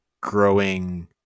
growing